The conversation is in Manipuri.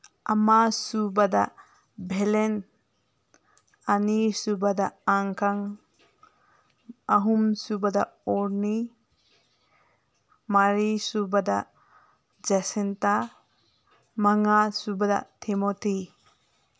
ꯑꯃꯁꯨꯕꯗ ꯚꯦꯂꯦꯟ ꯑꯅꯤꯁꯨꯕꯗ ꯑꯥꯡꯈꯪ ꯑꯍꯨꯝꯁꯨꯕꯗ ꯑꯣꯔꯅꯤ ꯃꯔꯤꯁꯨꯕꯗ ꯖꯦꯁꯟꯇꯥ ꯃꯉꯥꯁꯨꯕꯗ ꯊꯦꯃꯣꯇꯤ